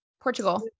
Portugal